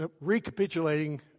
Recapitulating